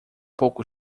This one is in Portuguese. pouco